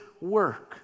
work